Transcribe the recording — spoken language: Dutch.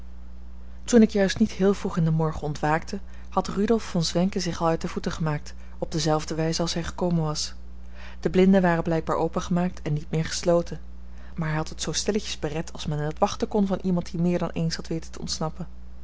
toen ik juist niet heel vroeg in den morgen ontwaakte had rudolf von zwenken zich al uit de voeten gemaakt op dezelfde wijze als hij gekomen was de blinden waren blijkbaar opengemaakt en niet meer gesloten maar hij had het zoo stilletjes bered als men dat wachten kon van iemand die meer dan eens had weten te ontsnappen